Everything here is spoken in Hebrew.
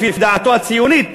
לפי דעתו הציוניות,